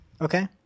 Okay